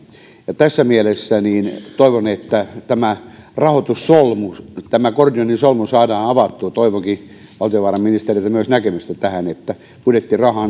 tässä mielessä toivon että tämä rahoitussolmu tämä gordionin solmu saadaan avattua toivonkin valtiovarainministeriöltä näkemystä myös tähän että pelkästään budjettiraha